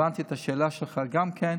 הבנתי את השאלה שלך גם כן.